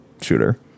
shooter